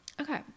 okay